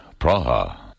Praha